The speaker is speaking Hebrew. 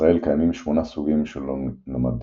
בישראל קיימים שמונה סוגים של Nomadinae,